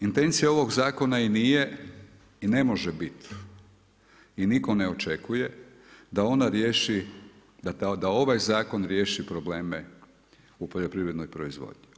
Intencija ovog zakona i nije i ne može biti i nitko ne očekuje da ona riješi da ovaj zakon riješi probleme u poljoprivrednoj proizvodnji.